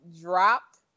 dropped